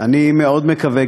אני מאוד מקווה,